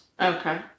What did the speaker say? Okay